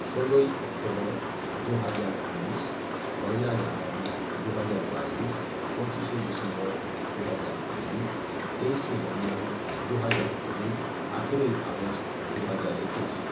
ষোলোই অক্টোবর দু হাজার উনিশ পয়লা জানুয়ারি দু হাজার বাইশ পঁচিশে ডিসেম্বর দু হাজার তেইশ তেইশে জানুয়ারি দু হাজার কুড়ি আঠেরোই আগস্ট দু হাজার একুশ